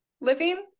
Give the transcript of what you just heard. living